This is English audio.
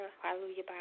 hallelujah